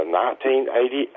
1988